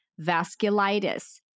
vasculitis